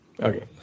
Okay